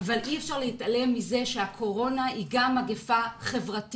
אבל אי אפשר להתעלם מזה שהקורונה היא גם מגיפה חברתית